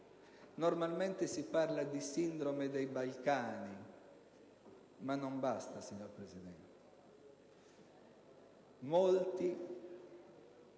problema - si parla di sindrome dei Balcani, ma non basta, signor Presidente. Molti,